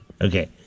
Okay